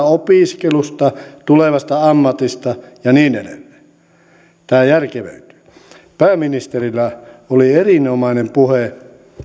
opiskelusta tulevasta ammatista ja niin edelleen tämä järkevöityy pääministerillä oli erinomainen puhe